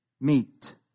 meet